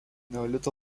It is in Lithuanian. neolito